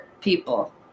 people